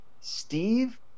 steve